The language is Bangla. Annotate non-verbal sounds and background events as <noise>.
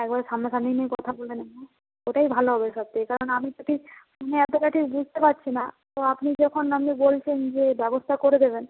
একবার সামনা সামনি গিয়ে কথা বলে নেবো ওটাই ভালো হবে সব থেকে কারণ আমি যদি <unintelligible> বুঝতে পারছি না তো আপনি যখন আপনি বলছেন যে ব্যবস্থা করে দেবেন